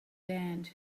band